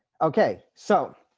okay, so